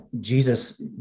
Jesus